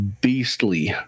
beastly